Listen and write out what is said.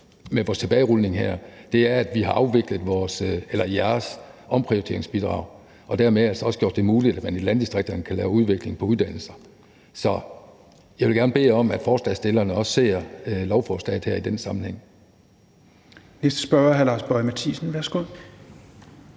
med vores tilbagerulning her, som er, at vi har afviklet jeres omprioriteringsbidrag og dermed altså også gjort det muligt, at man i landdistrikterne kan lave udvikling på uddannelser. Så jeg vil gerne bede om, forslagsstillerne også ser lovforslaget her i den sammenhæng. Kl. 21:36 Tredje næstformand